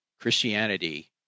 christianity